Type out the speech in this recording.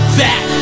back